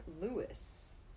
Lewis